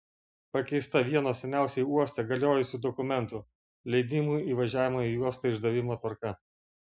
pakeista vieno seniausiai uoste galiojusių dokumentų leidimų įvažiavimo į uostą išdavimo tvarka